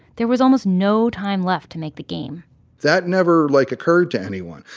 there was almost no time left to make the game that never, like, occurred to anyone.